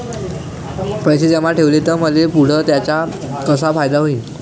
पैसे जमा ठेवले त मले पुढं त्याचा कसा फायदा होईन?